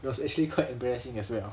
it was actually quite embarrassing as well